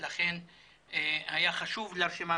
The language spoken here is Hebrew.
האמת היא,